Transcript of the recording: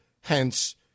hence